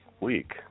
week